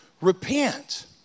repent